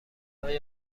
های